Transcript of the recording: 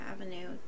avenue